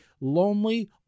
lonely